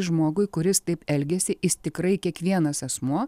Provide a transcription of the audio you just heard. žmogui kuris taip elgiasi jis tikrai kiekvienas asmuo